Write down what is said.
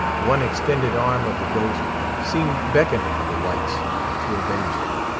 one extended arm of the ghost seemed beckoning the whites to avenge it.